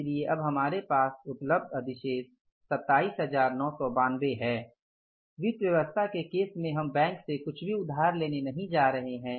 इसलिए अब हमारे पास उपलब्ध अधिशेष 27992 है वित्त व्यवस्था के केस में हम बैंकों से कुछ भी उधार नहीं लेने जा रहे हैं